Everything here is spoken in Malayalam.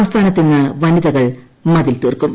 സംസ്ഥാനത്ത് ഇന്ന് വനിതകൾ മതിൽ തീർക്കും